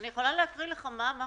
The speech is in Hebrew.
אני יכולה להקריא מה אמר